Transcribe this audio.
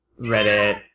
Reddit